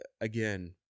Again